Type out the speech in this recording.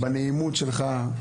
בנעימות שלך.